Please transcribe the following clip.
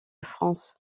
france